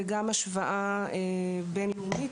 וגם השוואה בין-לאומית.